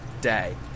day